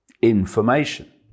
information